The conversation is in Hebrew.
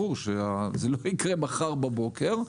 ברור שזה לא יקרה מחר בבוקר.